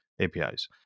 APIs